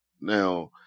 now